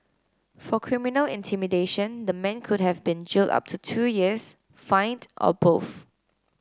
for criminal intimidation the man could have been jailed up to two years fined or both